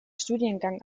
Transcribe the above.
studiengang